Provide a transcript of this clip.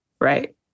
Right